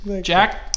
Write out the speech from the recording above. Jack